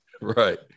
Right